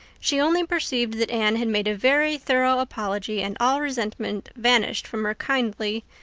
she only perceived that anne had made a very thorough apology and all resentment vanished from her kindly,